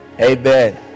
Amen